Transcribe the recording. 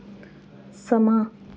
समां